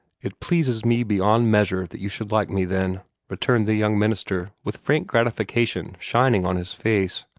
it pleases me beyond measure that you should like me, then returned the young minister, with frank gratification shining on his face.